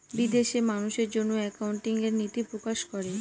বিদেশে মানুষের জন্য একাউন্টিং এর নীতি প্রকাশ করে